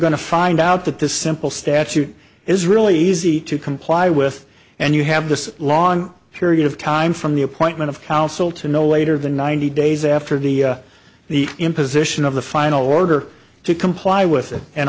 going to find out that the simple statute is really easy to comply with and you have this long period of time from the appointment of counsel to no later than ninety days after the the imposition of the final order to comply with